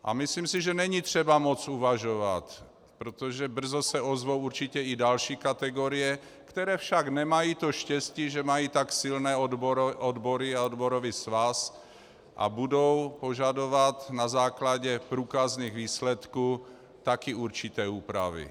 A myslím si, že není třeba moc uvažovat, protože brzo se ozvou určitě i další kategorie, které však nemají to štěstí, že mají tak silné odbory a odborový svaz, a budou prokazovat na základě průkazných výsledků také určité úpravy.